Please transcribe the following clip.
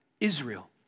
Israel